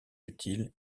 utiles